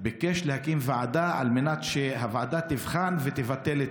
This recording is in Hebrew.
ביקש להקים ועדה על מנת שהוועדה תבחן ותבטל,